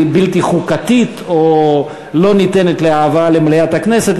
בלתי חוקתית או לא ניתנת להבאה למליאת הכנסת.